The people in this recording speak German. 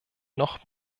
noch